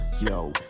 Yo